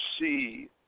see